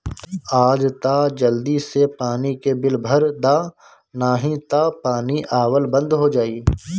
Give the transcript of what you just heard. आज तअ जल्दी से पानी के बिल भर दअ नाही तअ पानी आवल बंद हो जाई